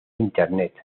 internet